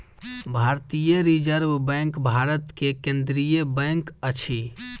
भारतीय reserve bank Bharat के केंद्रीय बैंक अछि